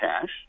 cash